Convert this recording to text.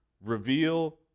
Reveal